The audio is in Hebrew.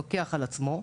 לוקח על עצמו,